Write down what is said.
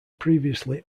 previously